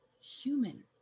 human